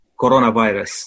coronavirus